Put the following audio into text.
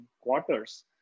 quarters